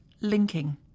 linking